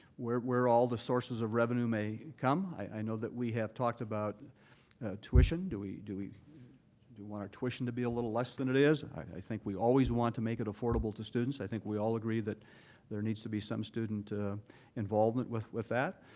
where where all the sources of revenue may come, i know that we have talked about tuition, do we do we want our tuition to be a little less than it is? i think we always want to make it affordable to students. i think we all agree that there needs to be some student involvement with with that.